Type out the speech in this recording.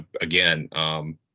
again